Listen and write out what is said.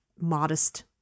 modest